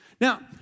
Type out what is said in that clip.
Now